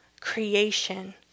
creation